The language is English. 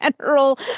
general